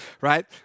right